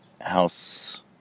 house